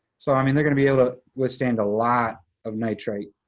so i mean, they're gonna be able to withstand a lot of nitrite.